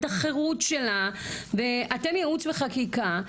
את החירות שלה ואתם ייעוץ וחקיקה,